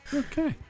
okay